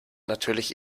natürlich